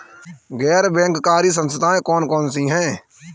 गैर बैंककारी संस्थाएँ कौन कौन सी हैं?